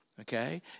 Okay